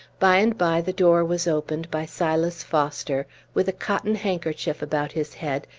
by and by the door was opened by silas foster, with a cotton handkerchief about his head,